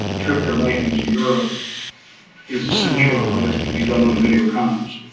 trip they're making to europe is essential or whether it can be done on video conference.